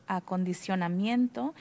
acondicionamiento